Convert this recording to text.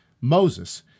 Moses